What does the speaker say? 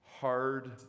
hard